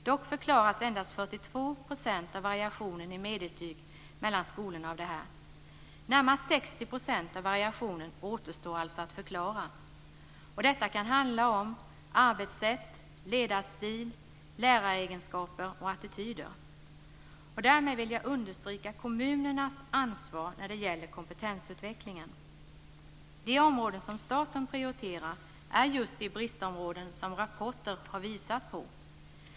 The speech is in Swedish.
Dock förklaras endast 42 % av variationen i medelbetyg mellan skolorna av det här. Närmast 60 % av variationen återstår alltså att förklara. Detta kan handla om arbetssätt, ledarstil, läraregenskaper och attityder. Därmed vill jag understryka kommunernas ansvar när det gäller kompetensutvecklingen. De områden som staten prioriterar är just de bristområden som rapporten har visat på.